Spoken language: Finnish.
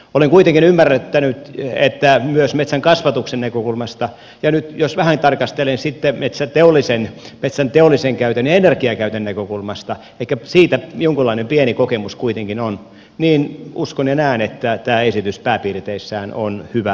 olen kuitenkin ymmärtänyt että myös metsänkasvatuksen näkökulmasta ja nyt jos vähän tarkastelen sitten metsän teollisen käytön ja energiakäytön näkökulmasta ehkä siitä jonkunlainen pieni kokemus kuitenkin on niin uskon ja näen tämä esitys pääpiirteissään on hyvä